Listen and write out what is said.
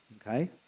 Okay